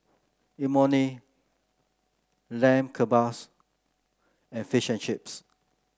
Imoni Lamb Kebabs and Fish and Chips